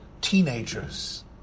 teenagers